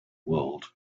world